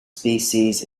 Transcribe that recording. species